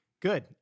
Good